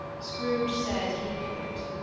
scrooge said he knew it.